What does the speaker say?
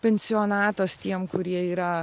pensijonatas tiem kurie yra